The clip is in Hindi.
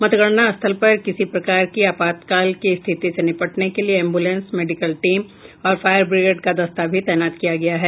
मतगणना स्थल पर किसी प्रकार की आपातकाल की स्थिति से निपटने के लिए एम्बुलेंस मेडिकल टीम और फायर बिग्रेड का दस्ता भी तैनात किया गया है